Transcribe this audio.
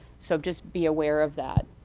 so just be aware of that.